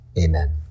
Amen